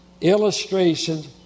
illustrations